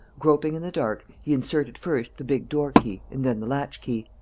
groping in the dark, he inserted first the big door-key and then the latch-key.